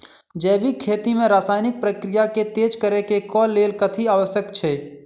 जैविक खेती मे रासायनिक प्रक्रिया केँ तेज करै केँ कऽ लेल कथी आवश्यक छै?